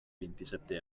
ventisette